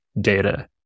data